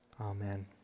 amen